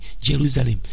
Jerusalem